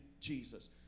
Jesus